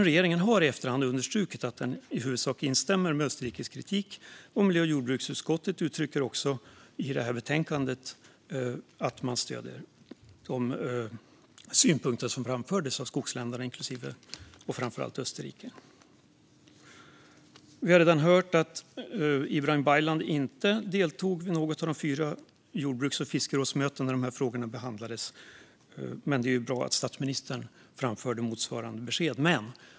Regeringen har dock i efterhand understrukit att den i huvudsak instämmer med Österrikes kritik. Miljö och jordbruksutskottet uttrycker också i detta betänkande att utskottet stöder de synpunkter som framförts av skogsländerna, framför allt av Österrike. Vi har redan hört att Ibrahim Baylan inte deltog vid något av de fyra jordbruks och fiskerådsmöten där dessa frågor behandlades, men det var ju bra att statsministern framförde motsvarande besked.